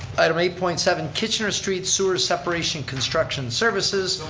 item eight point seven. kitchener street sewer separation construction services.